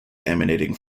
emanating